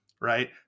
right